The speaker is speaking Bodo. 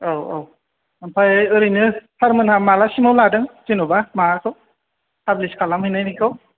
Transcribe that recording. औ औ ओमफ्राय ओरैनो सारमोनहा माला सिमाव लादों जेन'बा माबाखौ फाब्लिस खालाम हैनायनिखौ